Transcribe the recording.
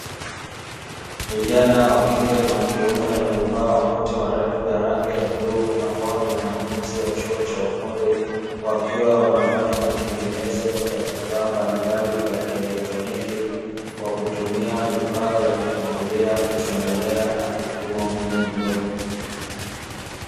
Vijana wa kike na wa kiume, waliovaa makoti marefu ya rangi ya bluu, ambao ni wanafunzi wa chuo cha ufundi, wakiwa wanafanya matengenezo ya vifaa mbalimbali vya kielektroniki kwa kutumia vifaa vya kufungulia, kuchomelea na kupima umeme mdogo.